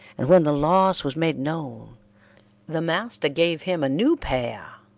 and when the loss was made known the master gave him a new pair,